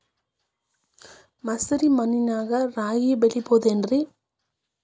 ಮಸಾರಿ ಮಣ್ಣಾಗ ರಾಗಿ ಬೆಳಿಬೊದೇನ್ರೇ?